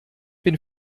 bin